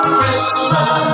Christmas